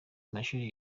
amashuri